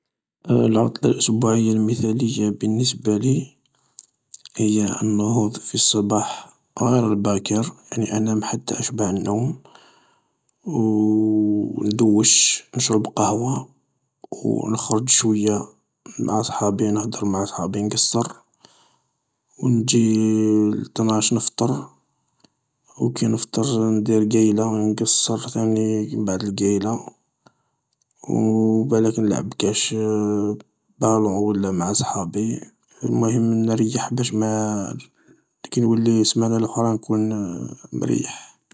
العطلة الأسبوعية المثالية بالنسبة لي هي النهوض في الصباح غير الباكر يعني أنام حتى أشبع النوم و ندوش و نشرب قهوة و نخرج شوية مع صحابي نهدر مع صحابي نڨصر نحي لتناش نفطر و كي نفطر ندير ڨايلة نڨصر ثاني بعد الڨايلة و بالاك نلعب كاش بالون ولا مع صحابي المهم نريح باش ما كي نولي السمانة لوخرا نكون مريح